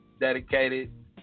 dedicated